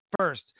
first